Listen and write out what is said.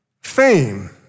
fame